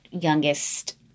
youngest